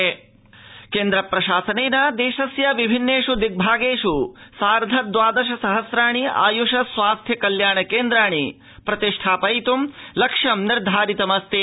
प्रशासनम् आयुषकेन्द्राणि केन्द्र प्रशासनेन देशस्य विभिन्नेष् दिग्भागेष् सार्ध द्वादश सहस्राणि आयुष स्वास्थ्य कल्याण केन्द्राणि प्रतिष्ठापयितुं लक्ष्यं निर्धारितमस्ति